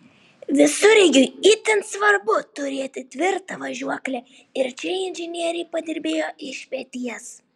visureigiui itin svarbu turėti tvirtą važiuoklę ir čia inžinieriai padirbėjo iš peties